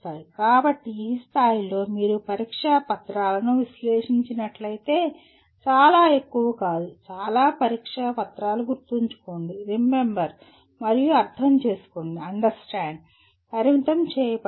కాబట్టి ఈ స్థాయిలో మీరు పరీక్షా పత్రాలను విశ్లేషించినట్లయితే చాలా ఎక్కువ కాదు చాలా పరీక్షా పత్రాలు గుర్తుంచుకోండిరిమెంబర్ మరియు అర్థం చేసుకోండిఅండర్స్టాండ్ పరిమితం చేయబడతాయి